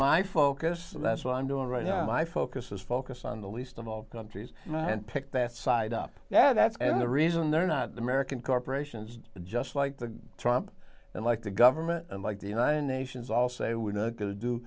my focus and that's what i'm doing right now my focus is focus on the least of all countries and pick that side up that's the reason they're not american corporations just like the trump and like the government like the united nations all say we're not going to do